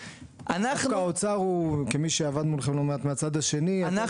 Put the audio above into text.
דווקא באוצר כמי שעבד מולכם מהצד השני אתם